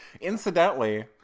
Incidentally